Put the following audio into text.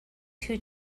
two